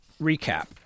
recap